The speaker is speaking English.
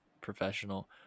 professional